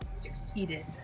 succeeded